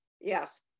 yes